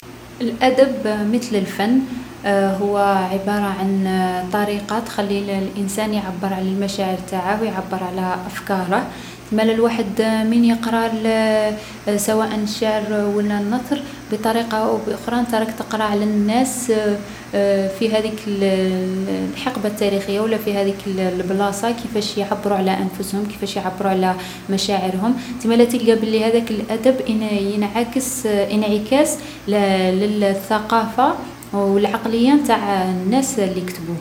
الأدب متل الفن هو عبارة عن طريقة تخلي الـ الانسان يعبّر على المشاعر نتاعه و يعبّر على أفكاره. تسمالا الواحد مين يقرا الـ سواء شعر و لا نثر، بطريقة أو بأخرى انت راك تقرا على الناس في هاذيك الـ الـ الحقبة التاريخية ولا في هاذيك الـ البلاصة كيفاش يعبرو على أنفسهم، كيفاش يعبرو على مشاعرهم، تسمالا تلقى بلي هاذاك الأدب ينـ ينعكس انعكاس للـ للـ الثقافة و العقلية نتاع الناس لي كتبوه.